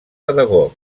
pedagog